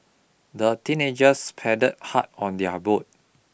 the teenagers paddled hard on their boat